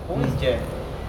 always jam